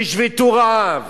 שישבתו רעב.